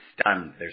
stunned